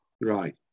Right